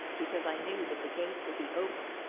because i knew that the gates would be open.